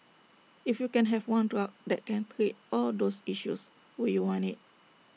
if you can have one drug that can treat all those issues would you want IT